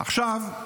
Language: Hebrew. עכשיו,